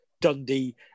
Dundee